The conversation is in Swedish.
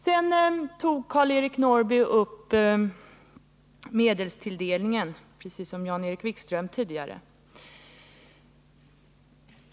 Sedan tog Karl-Eric Norrby upp medelstilldelningen, precis som Jan-Erik Wikström gjorde tidigare.